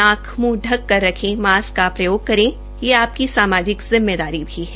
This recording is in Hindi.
नाक म्ंह क कर रखे मास्क का प्रयोग करें यह आपकी सामाजिक जिम्मेदारी भी है